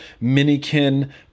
Minikin